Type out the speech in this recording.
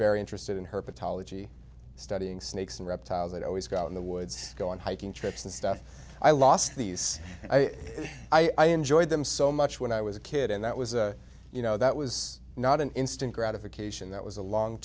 very interested in herpetology studying snakes and reptiles that always go out in the woods go on hiking trips and stuff i lost these i enjoyed them so much when i was a kid and that was you know that was not an instant gratification that was a long